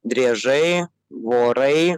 driežai vorai